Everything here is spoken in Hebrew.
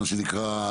מה שנקרא,